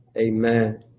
amen